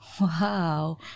Wow